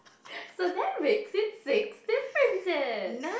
so that makes it sixth differences